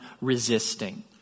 resisting